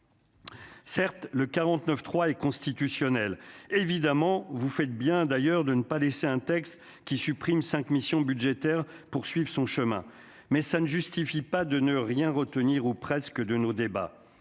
Certes, le 49.3 est constitutionnel. Évidemment, vous faites bien de ne pas laisser un texte qui supprime cinq missions budgétaires poursuivre son chemin. Pour autant, cela ne justifie pas de ne rien retenir, ou presque, de nos